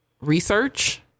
research